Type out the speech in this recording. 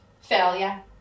failure